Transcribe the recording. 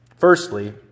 Firstly